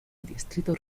distrito